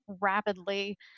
rapidly